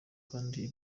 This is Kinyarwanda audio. kandi